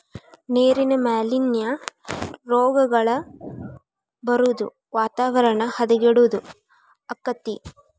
ನೇರಿನ ಮಾಲಿನ್ಯಾ, ರೋಗಗಳ ಬರುದು ವಾತಾವರಣ ಹದಗೆಡುದು ಅಕ್ಕತಿ